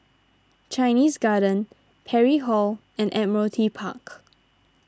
Chinese Garden Parry Hall and Admiralty Park